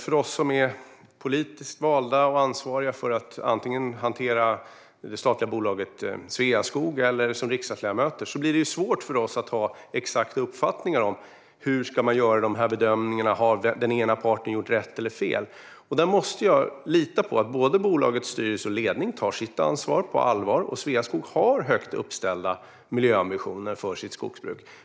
För oss som är politiskt valda - riksdagsledamöter - och ansvariga för att hantera det statliga bolaget Sveaskog är det svårt att ha exakta uppfattningar om hur bedömningarna ska göras eller om den ena parten gjort rätt eller fel. Där måste jag lita på att bolagets styrelse och ledning tar sitt ansvar på allvar, och Sveaskog har högt ställda miljöambitioner för sitt skogsbruk.